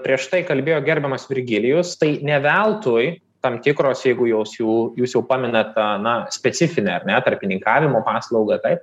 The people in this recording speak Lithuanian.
prieš tai kalbėjo gerbiamas virgilijus tai ne veltui tam tikros jeigu jos jų jūs jau pamenat tą na specifinę ar ne tarpininkavimo paslaugą taip